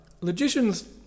logicians